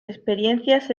experiencias